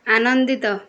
ଆନନ୍ଦିତ